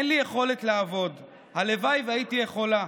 אין לי יכולת לעבוד, הלוואי שהייתי יכולה.